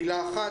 מילה אחת.